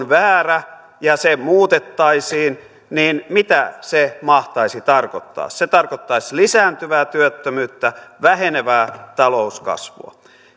väärä ja se muutettaisiin niin mitä se mahtaisi tarkoittaa se tarkoittaisi lisääntyvää työttömyyttä vähenevää talouskasvua